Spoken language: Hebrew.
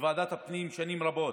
בוועדת הפנים שנים רבות.